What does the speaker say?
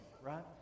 right